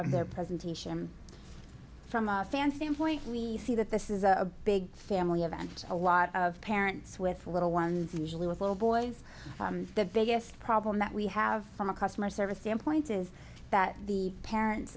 of their presentation from a fan standpoint we see that this is a big family event a lot of parents with little ones and usually with little boys the biggest problem that we have from a customer service standpoint is that the parents